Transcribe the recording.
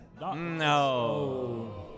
No